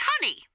honey